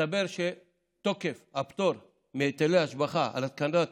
הסתבר שתוקף הפטור מהיטלי השבחה על התקנת